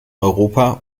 europa